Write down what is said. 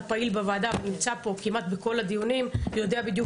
פעיל בוועדה ונמצא פה כמעט בכל הדיונים יודע בדיוק